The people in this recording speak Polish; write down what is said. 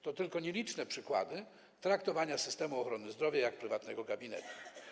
To tylko nieliczne przykłady traktowania systemu ochrony zdrowia jak prywatnego gabinetu.